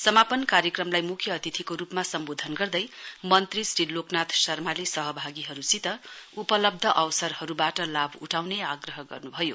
समापन कार्यक्रमलाई मुख्य अतिथिको रूपमा सम्बोधन गर्दै मन्त्री श्री लोकनाथ शर्माले सहभागीहरूसित उपलब्ध अवसरहरूबाट लाभ उठाउने आग्रह गर्नु भयो